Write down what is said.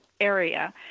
area